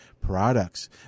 Products